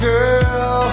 Girl